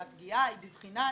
והפגיעה היא בבחינת